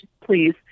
please